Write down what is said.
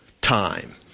time